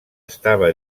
estava